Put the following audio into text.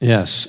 Yes